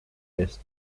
eest